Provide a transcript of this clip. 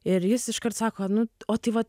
ir jis iškart sako nu tai va